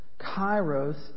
Kairos